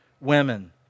women